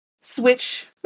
switch